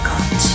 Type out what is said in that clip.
God